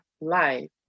life